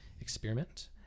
experiment